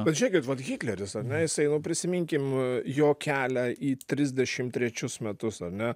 vat žiūrėkit vat hitleris ar ne jisai nu prisiminkim jo kelią į trisdešim trečius metus ar ne